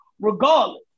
regardless